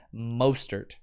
Mostert